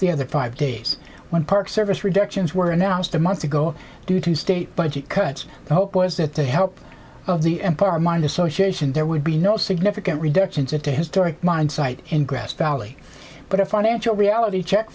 the other five days when park service reductions were announced a month ago due to state budget cuts the hope was that the help of the empire mind association there would be no significant reductions at the historic mine site in grass valley but a financial reality check